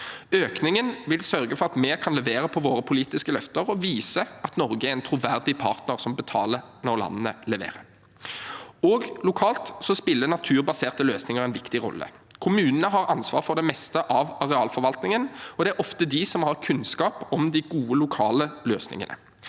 Økningen vil sørge for at vi kan levere på våre politiske løfter og vise at Norge er en troverdig partner som betaler når landene leverer. Også lokalt spiller naturbaserte løsninger en viktig rolle. Kommunene har ansvar for det meste av arealforvaltningen, og det er ofte de som har kunnskap om de gode lokale løsningene.